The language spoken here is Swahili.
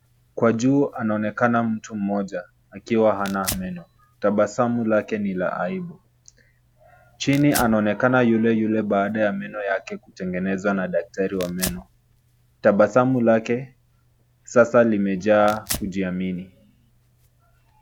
Kwa juu anaonekana mtu mmoja akiwa hana meno, tabasamu lake ni la aibu chini anaonekana yule yule baada ya meno yake kutengenezwa na daktari wa meno. Tabasamu lake sasa limejaa kujiamini.